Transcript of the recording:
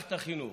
מערכת החינוך,